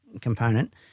component